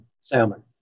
salmon